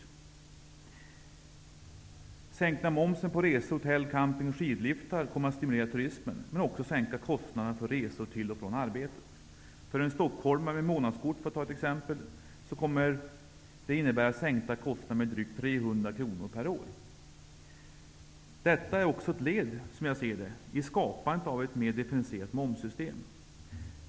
Den sänkta momsen på resor, hotell, camping och skidliftar kommer att stimulera turismen, men också sänkta kostnader för resor till och från arbetet. För en stockholmare med månadskort, för att ta ett exempel, kommer det att innebära sänkta kostnader med drygt 300 kr per år. Detta är också, som jag ser det, ett led i skapandet av ett mer differentierat momssystem.